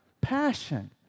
passion